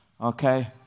okay